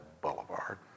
Boulevard